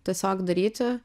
tiesiog daryti